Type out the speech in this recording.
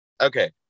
Okay